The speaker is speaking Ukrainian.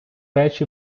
речі